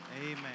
Amen